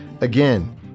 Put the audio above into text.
Again